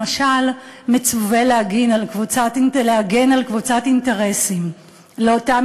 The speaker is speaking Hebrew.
למשל,/ מצווה להגן על קבוצת אינטרסים/ לאותם